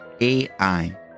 AI